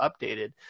updated